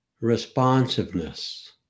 responsiveness